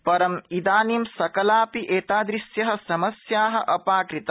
परमिदानीं सकलापि एतादृश्य समस्या अपकृता